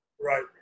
right